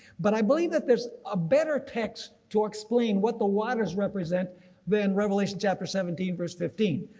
but i believe that there's a better text to explain what the waters represent then revelation chapter seventeen verse fifteen.